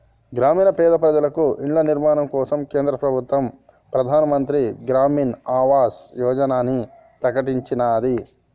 గ్రామీణ పేద ప్రజలకు ఇళ్ల నిర్మాణం కోసం కేంద్ర ప్రభుత్వం ప్రధాన్ మంత్రి గ్రామీన్ ఆవాస్ యోజనని ప్రకటించినాది